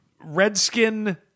redskin